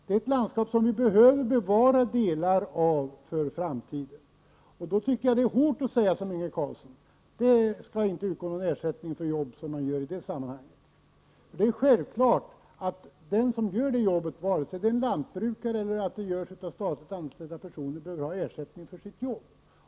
Det är ett landskap som vi behöver bevara delar av för framtiden. Då tycker jag att det är hårt att säga som Inge Carlsson: Det skall inte utgå någon ersättning för jobb som man gör i det sammanhanget! ener stawngt anstanua personer, VENVVEr Ha EISaWNNg 11 SUL JUVU.